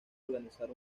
organizar